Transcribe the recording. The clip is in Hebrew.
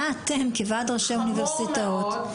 חמור מאוד.